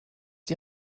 die